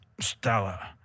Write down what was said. Stella